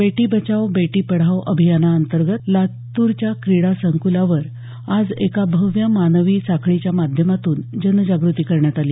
बेटी बचाओ बेटी पढाओ अभियानांतर्गत लातूरच्या क्रीडा संकुलावर आज एक भव्य मानवी साखळीच्या माध्यमातून जनजाग़ती करण्यात आली